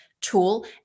tool